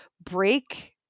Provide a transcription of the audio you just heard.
break